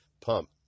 pump